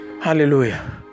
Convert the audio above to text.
Hallelujah